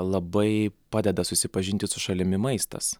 labai padeda susipažinti su šalimi maistas